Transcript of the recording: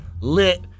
lit